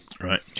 Right